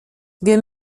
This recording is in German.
wir